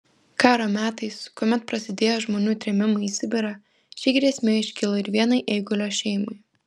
karo metais kuomet prasidėjo žmonių trėmimai į sibirą ši grėsmė iškilo ir vienai eigulio šeimai